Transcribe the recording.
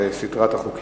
תודה רבה על סדרת החוקים,